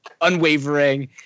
unwavering